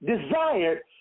desired